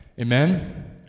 Amen